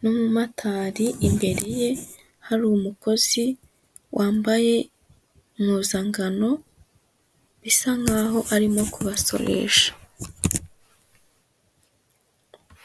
n'umumotari imbere ye hari umukozi wambaye impuzankano, bisa nk'aho arimo kubasoresha.